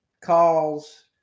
calls